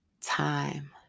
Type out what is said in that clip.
time